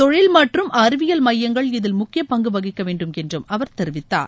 தொழில் மற்றும் அறிவியல் மையங்கள் இதில் முக்கிய பங்கு வகிக்க வேண்டும் என்று அவர் தெரிவித்தார்